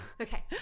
Okay